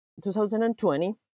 2020